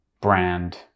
brand